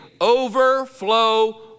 overflow